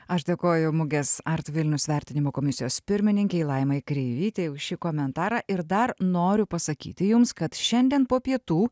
aš dėkoju mugės art vilnius vertinimo komisijos pirmininkei laimai kreivytei už šį komentarą ir dar noriu pasakyti jums kad šiandien po pietų